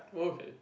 oh okay